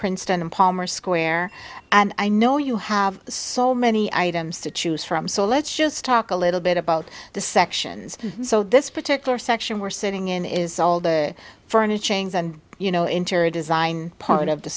princeton and palmer square and i know you have so many items to choose from so let's just talk a little bit about the sections so this particular section we're sitting in is all the furniture and you know interior design part of the